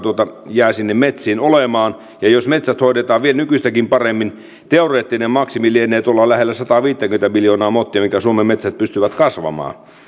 jää sinne metsiin olemaan ja jos metsät hoidetaan vielä nykyistäkin paremmin teoreettinen maksimi lienee tuolla lähellä sataaviittäkymmentä miljoonaa mottia minkä suomen metsät pystyvät kasvamaan